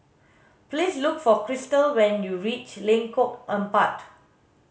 please look for Krystle when you reach Lengkong Empat